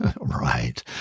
right